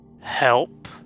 help